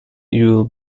you’ll